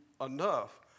enough